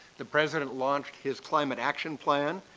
the president launched his climate action plan.